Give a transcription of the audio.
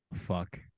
fuck